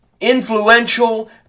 influential